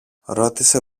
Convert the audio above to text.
ρώτησε